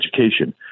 education